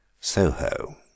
Soho